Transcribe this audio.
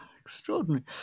Extraordinary